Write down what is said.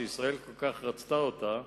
שישראל כל כך רצתה אותה,